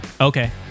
Okay